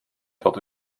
dort